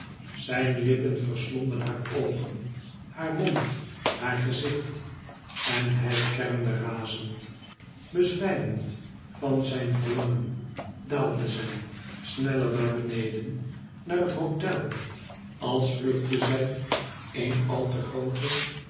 zijn lippen verslonden haar oogen haar mond haar gezicht en hij kermde razend bezwijmeld van zijn verlangen daalde zij sneller naar beneden naar het hotel als vluchtte zij een al te groote